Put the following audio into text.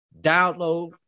download